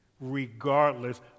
regardless